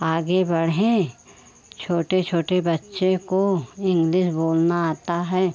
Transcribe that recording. आगे बढ़ें छोटे छोटे बच्चे को इंग्लिस बोलना आता है